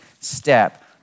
step